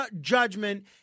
judgment